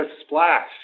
splash